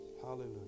Hallelujah